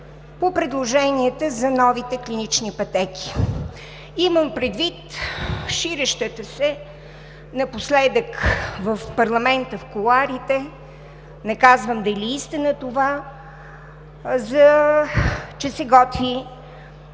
по предложенията за новите клинични пътеки. Имам предвид ширещото се напоследък в кулоарите на парламента, не казвам дали е истина това, че се готви